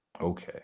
Okay